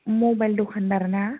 mobile दखान्दारना